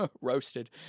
roasted